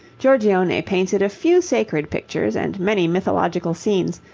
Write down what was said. giorgione painted a few sacred pictures and many mythological scenes,